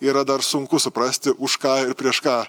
yra dar sunku suprasti už ką ir prieš ką